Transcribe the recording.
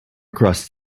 crust